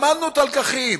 למדנו את הלקחים.